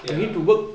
okay err